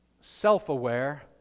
self-aware